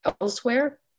elsewhere